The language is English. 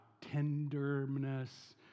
tenderness